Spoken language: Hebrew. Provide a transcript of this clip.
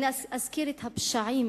אני אזכיר את הפשעים